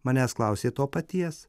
manęs klausė to paties